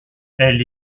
elle